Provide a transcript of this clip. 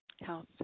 health